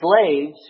slaves